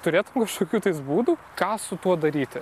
turėtum kažkokių tais būdų ką su tuo daryti